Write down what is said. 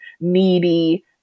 needy